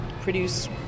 produce